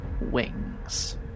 wings